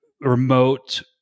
remote